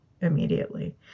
immediately